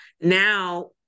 now